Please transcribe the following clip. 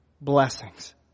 blessings